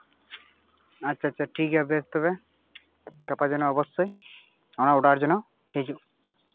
ᱟᱪᱪᱷᱟ ᱟᱪᱪᱷᱟ ᱴᱤᱠ ᱜᱮᱭᱟ ᱵᱮᱥ ᱛᱚᱵᱮ ᱜᱟᱯᱟ ᱡᱮᱱᱚ ᱚᱵᱚᱥᱥᱳᱭ ᱚᱱᱟ ᱚᱰᱟᱨ ᱡᱮᱱᱚ ᱦᱤᱡᱩᱜ